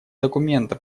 документа